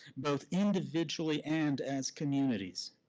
both individually and as communities.